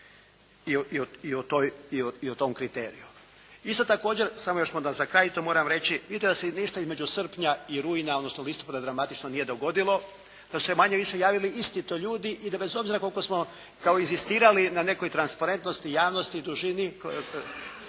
i o tom kriteriju. Isto također, samo za kraj to moram reći. Vidite da se ništa između srpnja i rujna, odnosno listopada dramatično nije dogodilo, da su se manje-više javili isti ti ljudi i da bez obzira koliko smo kao inzistirali na nekoj transparentnosti, javnosti, dužini,